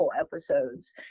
episodes